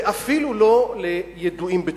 ואפילו לא לידועים בציבור.